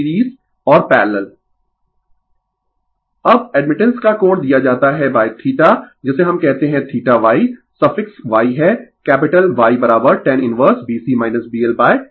Refer slide Time 3121 अब admittance का कोण दिया जाता है θ जिसे हम कहते है θY सफिक्स y है capital Y tan inverse B C B L G